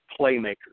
playmakers